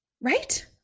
Right